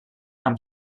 amb